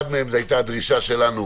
אחד מהם הייתה הדרישה שלנו